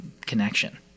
connection